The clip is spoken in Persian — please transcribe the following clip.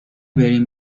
بریم